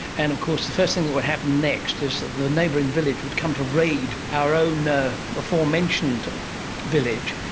and of course the first thing that would happen next is that the neighbouring village would come to raid our own ah aforementioned village,